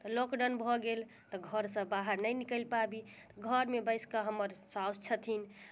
तऽ लॉकडाउन भऽ गेल तऽ घरसँ बाहर नहि निकलि पाबी घरमे बैस कऽ हमर साउस छथिन